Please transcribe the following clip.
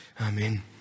Amen